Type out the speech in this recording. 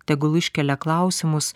tegul iškelia klausimus